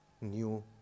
new